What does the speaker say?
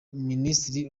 minisitiri